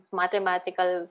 mathematical